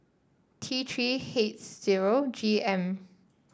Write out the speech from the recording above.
T Three H zero G M